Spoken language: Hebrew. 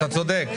אתה צודק.